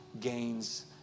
gains